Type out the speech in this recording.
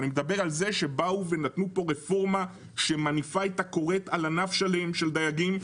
אני מדבר על כך שעשו כאן רפורמה שמניפה את הכורת על ענף שלם של דייגים.